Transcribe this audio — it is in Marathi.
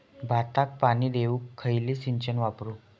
भाताक पाणी देऊक खयली सिंचन वापरू?